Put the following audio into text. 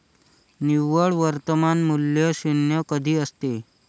निव्वळ वर्तमान मूल्य शून्य कधी असते?